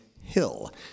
Hill